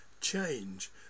change